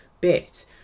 bit